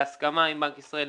בהסכמה עם בנק ישראל,